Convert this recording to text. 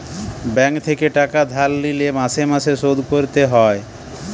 bank থেকে টাকা ধার লিলে মাসে মাসে শোধ করতে হয়